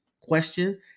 question